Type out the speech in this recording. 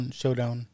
showdown